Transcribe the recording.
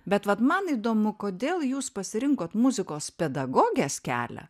bet vat man įdomu kodėl jūs pasirinkot muzikos pedagogės kelią